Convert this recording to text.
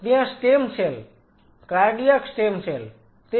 ત્યાં stem cell cardiac stem cell તે પણ ત્યાં હાજર છે